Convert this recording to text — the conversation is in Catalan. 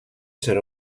serà